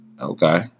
Okay